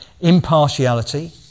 Impartiality